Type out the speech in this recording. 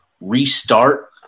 restart